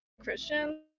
christian